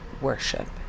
worship